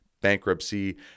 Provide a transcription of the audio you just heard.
bankruptcy